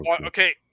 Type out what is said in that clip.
Okay